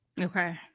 Okay